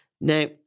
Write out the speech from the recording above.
Now